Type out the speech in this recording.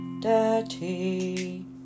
dirty